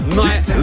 night